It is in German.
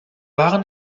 waren